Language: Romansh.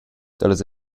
dallas